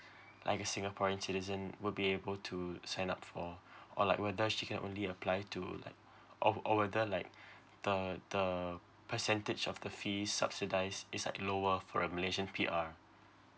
like a singaporeans citizen would be able to sign up for or like whether she can only apply to like or or whether like the the percentage of the fees subsidise is it lower for a malaysian P_R